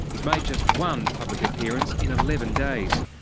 he's made just one public appearance in eleven days.